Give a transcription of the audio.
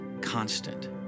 constant